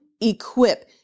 equip